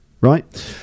right